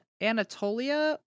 Anatolia